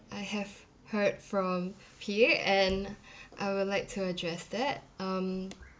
I have heard from P_A and I would like to address that um